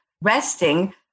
resting